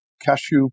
cashew